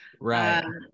Right